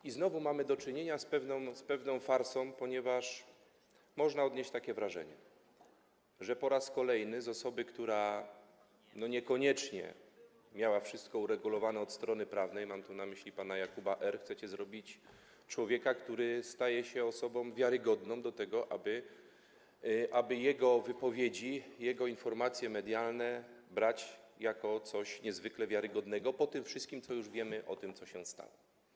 I znowu mamy do czynienia z pewną farsą, ponieważ można odnieść takie wrażenie, że po raz kolejny z osoby, która niekoniecznie miała wszystko uregulowane od strony prawnej - mam tu na myśli pana Jakuba R. - chcecie zrobić człowieka, który staje się osobą wiarygodną, chcecie, aby jego wypowiedzi, jego informacje medialne brać za coś niezwykle wiarygodnego po tym wszystkim, co już wiemy, że się stało.